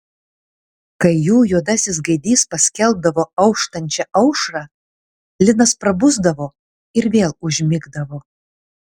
kai jų juodasis gaidys paskelbdavo auštančią aušrą linas prabusdavo ir vėl užmigdavo